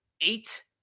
eight